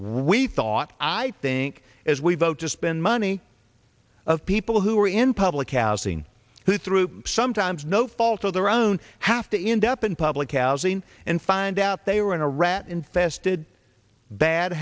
we thought i think as we vote to spend money of people who are in public housing who through sometimes no fault of their own have to end up in public housing and find out they were in a rat infested bad